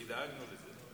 כי דאגנו לזה.